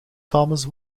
thomas